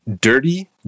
Dirty